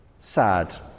Sad